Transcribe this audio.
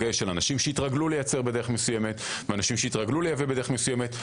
של אנשים שהתרגלו לייצר בדרך מסוימת ואנשים שהתרגלו לייבא בדרך מסוימת,